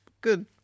good